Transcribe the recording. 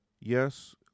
yes